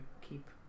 keep